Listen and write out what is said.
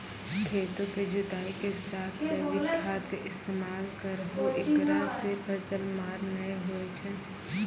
खेतों के जुताई के साथ जैविक खाद के इस्तेमाल करहो ऐकरा से फसल मार नैय होय छै?